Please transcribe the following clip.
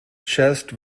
chest